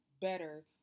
better